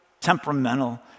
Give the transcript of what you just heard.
temperamental